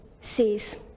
sees